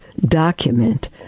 document